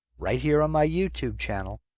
right here on my youtube channel.